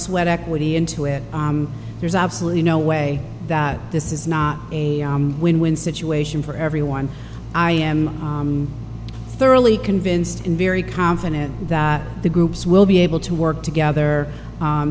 sweat equity into it there's absolutely no way that this is not a win win situation for everyone i am thoroughly convinced and very confident that the groups will be able to work together